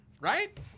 Right